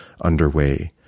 underway